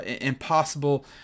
impossible